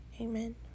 Amen